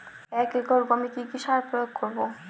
এক একর গমে কি কী সার প্রয়োগ করব?